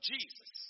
Jesus